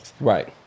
Right